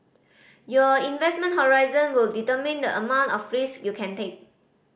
your investment horizon would determine the amount of risk you can take